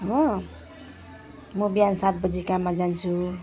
हो म बिहान सात बजी काममा जान्छु